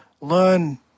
learn